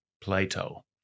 plato